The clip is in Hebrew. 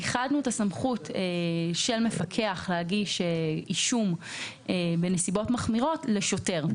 איחדנו את הסמכות של מפקח להגיש אישום בנסיבות מחמירות לשוטר.